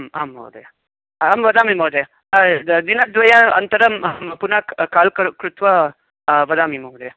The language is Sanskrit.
आ आम् महोदय अहं वदामि महोदय दिनद्वयानन्तरम् अहं पुनः काल् कृत्वा वदामि महोदय